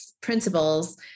principles